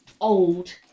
old